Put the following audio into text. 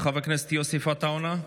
חבר הכנסת יוסף עטאונה,